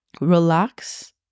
Relax